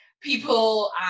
People